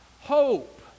Hope